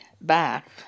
back